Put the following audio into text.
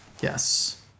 Yes